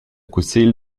cussegl